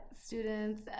students